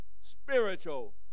spiritual